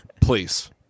Please